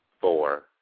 four